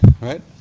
right